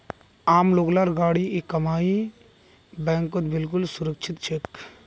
आम लोग लार गाढ़ी कमाई बैंकत बिल्कुल सुरक्षित छेक